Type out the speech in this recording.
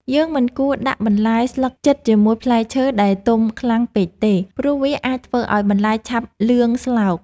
យើងមិនគួរដាក់បន្លែស្លឹកជិតជាមួយផ្លែឈើដែលទុំខ្លាំងពេកទេ ព្រោះវាអាចធ្វើឱ្យបន្លែឆាប់លឿងស្លោក។